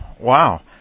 Wow